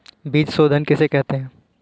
बीज शोधन किसे कहते हैं?